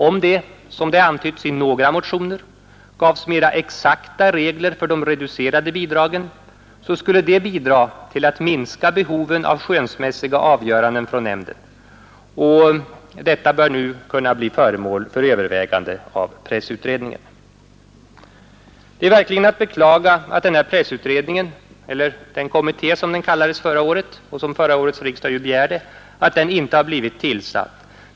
Om det gavs mera, som det antytts i några motioner, exakta regler för de reducerade bidragen, skulle det kunna leda till en minskning av behovet av skönsmässiga avgöranden från nämndens sida. Detta bör nu kunna bli föremål för övervägande av pressutredningen. Det är verkligen att beklaga att denna pressutredning — eller den kommitté som förra årets riksdag begärde — inte blivit tillsatt.